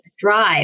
drive